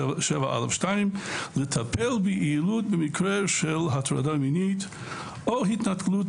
7א(2) לטפל ביעילות במקרה של הטרדה מינית או התנכלות